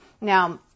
Now